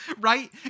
Right